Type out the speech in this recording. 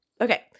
Okay